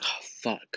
Fuck